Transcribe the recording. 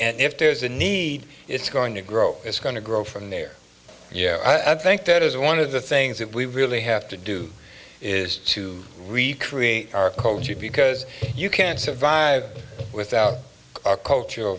and if there's a need it's going to grow it's going to grow from there yeah i think that is one of the things that we really have to do is to recreate our cold you because you can't survive without our cultural